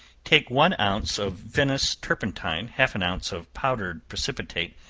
take one ounce of venice turpentine, half an ounce of powdered precipitate,